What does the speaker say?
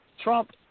Trump